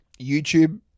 YouTube